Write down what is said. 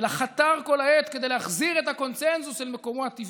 אלא חתר כל העת כדי להחזיר את הקונסנזוס אל מקומו הטבעי.